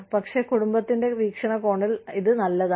പക്ഷേ കുടുംബത്തിന്റെ വീക്ഷണകോണിൽ ഇത് നല്ലതാണ്